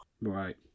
Right